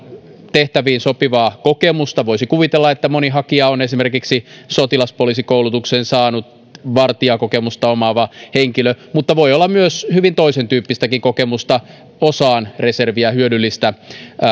tehtäviin sopivaa kokemusta voisi kuvitella että moni hakija on esimerkiksi sotilaspoliisikoulutuksen saanut vartijakokemusta omaava henkilö mutta voi olla myös hyvin toisentyyppistäkin kokemusta osaan reserviä on hyödyllistä